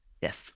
yes